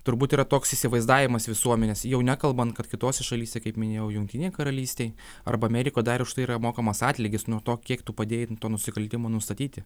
turbūt yra toks įsivaizdavimas visuomenės jau nekalbant kad kitose šalyse kaip minėjau jungtinei karalystei arba amerikoj dar už tai yra mokamas atlygis nuo to kiek tu padėjai tų nusikaltimų nustatyti